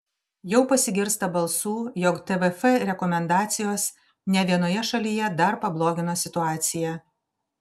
jau pasigirsta balsų jog tvf rekomendacijos ne vienoje šalyje dar pablogino situaciją